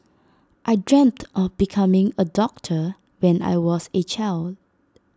I dreamt of becoming A doctor when I was A child